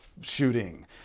shooting